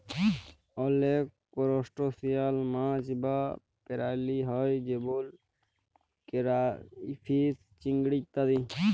অলেক করসটাশিয়াল মাছ বা পেরালি হ্যয় যেমল কেরাইফিস, চিংড়ি ইত্যাদি